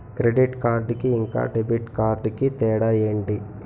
Credit card కి ఇంకా debit card కి తేడా ఏంటి?